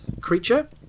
creature